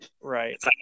Right